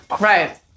Right